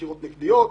חקירות נגדיות,